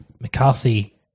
McCarthy